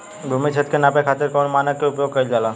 भूमि क्षेत्र के नापे खातिर कौन मानक के उपयोग कइल जाला?